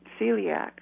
celiac